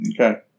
Okay